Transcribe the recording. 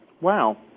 Wow